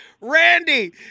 Randy